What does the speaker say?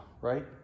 right